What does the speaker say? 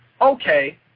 Okay